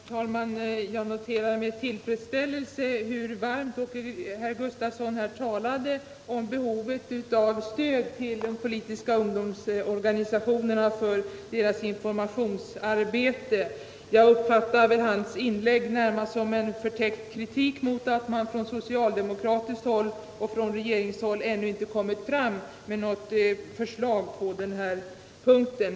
Herr talman! Jag noterar med tillfredsställelse hur varmt herr Gustavsson 1 Nässjö talade om behovet av stöd till de politiska ungdomsorganisationerna för deras informationsarbete. Jag uppfattar väl hans inlägg närmast som en förtäckt kritik mot att man från socialdemokratiskt håll och från regeringshåll ännu inte lagt fram något förslag på den här punkten.